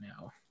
now